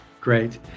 Great